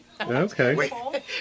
Okay